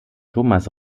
thomas